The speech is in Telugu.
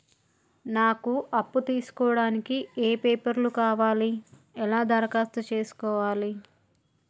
నాకు అప్పు తీసుకోవడానికి ఏ పేపర్లు కావాలి ఎలా దరఖాస్తు చేసుకోవాలి?